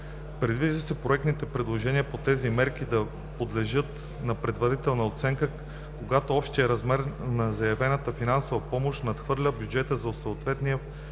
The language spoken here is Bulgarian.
Предвижда се проектните предложения по тези мерки да подлежат на предварителна оценка, когато общият размер на заявената финансова помощ надхвърля бюджета за съответния